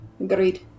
Agreed